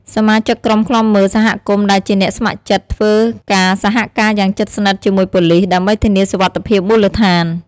សមាជិកក្រុមឃ្លាំមើលសហគមន៍ដែលជាអ្នកស្ម័គ្រចិត្តធ្វើការសហការយ៉ាងជិតស្និទ្ធជាមួយប៉ូលិស ដើម្បីធានាសុវត្ថិភាពមូលដ្ឋាន។